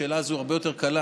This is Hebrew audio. השאלה הזו היא הרבה יותר קלה,